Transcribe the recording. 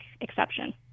exception